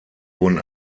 wurden